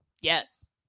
Yes